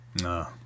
No